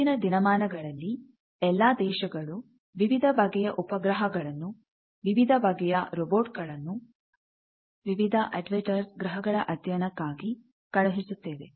ಇವತ್ತಿನ ದಿನಮಾನಗಳಲ್ಲಿ ಎಲ್ಲ ದೇಶಗಳು ವಿವಿಧ ಬಗೆಯ ಉಪಗ್ರಹಗಳನ್ನು ವಿವಿಧ ಬಗೆಯ ರೋಬೋಟ್ ಗಳನ್ನು ವಿವಿಧ ಅಡ್ವೈಟರ್ಸ್ ಗ್ರಹಗಳ ಅಧ್ಯಯನಕ್ಕಾಗಿ ಕಳಿಸುತ್ತೇವೆ